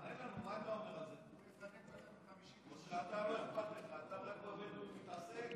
מה הקשר בין עבודת נשים למה שמתעסק הבעל?